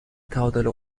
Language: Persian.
تعادل